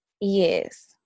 yes